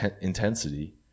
intensity